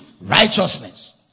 Righteousness